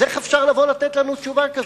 אז איך אפשר לתת לנו תשובה כזאת?